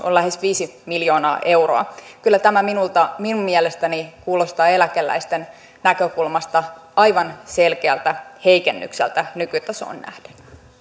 on lähes viisi miljoonaa euroa kyllä tämä minun mielestäni kuulostaa eläkeläisten näkökulmasta aivan selkeältä heikennykseltä nykytasoon nähden